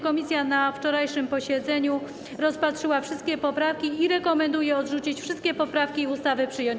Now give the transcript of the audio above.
Komisja na wczorajszym posiedzeniu rozpatrzyła wszystkie poprawki i rekomenduje odrzucić wszystkie poprawki i ustawę przyjąć.